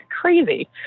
crazy